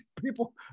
people